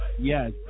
Yes